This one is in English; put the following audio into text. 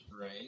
right